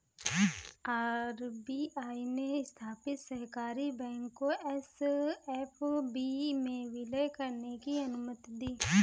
RBI ने स्थापित सहकारी बैंक को एस.एफ.बी में विलय करने की अनुमति दी